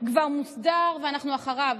כבר מוסדר ואנחנו אחריו.